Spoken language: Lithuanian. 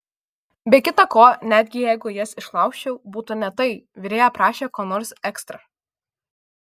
be kita ko netgi jeigu jas išlaužčiau būtų ne tai virėja prašė ko nors ekstra